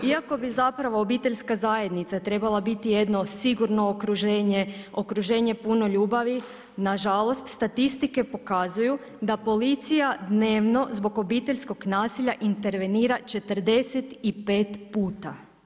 Iako bi zapravo obiteljska zajednica trebala biti jedno sigurno okruženje, okruženje puno ljubavi nažalost statistike pokazuju da policija dnevnog zbog obiteljskog nasilja intervenira 45 puta.